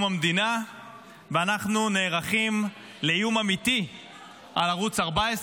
המדינה ואנחנו נערכים לאיום אמיתי על ערוץ 14,